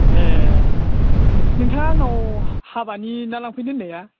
ए नोंथाङा आंनाव हाबानि ना लांफैनो होननाया